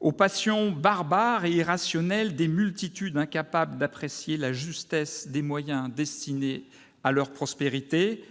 Aux passions barbares et irrationnelles des multitudes incapables d'apprécier la justesse des moyens destinés à leur prospérité,